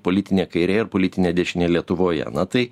politinė kairė ir politinė dešinė lietuvoje na tai